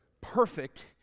Perfect